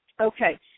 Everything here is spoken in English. Okay